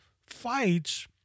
Fights